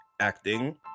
acting